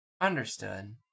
Understood